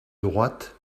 droite